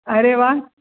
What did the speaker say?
अरे वा